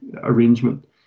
arrangement